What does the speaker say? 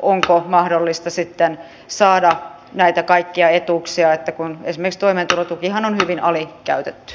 onko mahdollista sitten saada näitä kaikkia etuuksia kun esimerkiksi toimeentulotukihan on hyvin alikäytetty